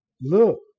look